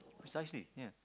precisely ya